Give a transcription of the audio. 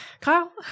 Kyle